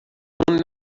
گمون